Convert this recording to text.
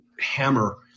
hammer